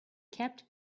kept